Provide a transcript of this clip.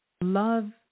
love